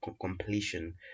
completion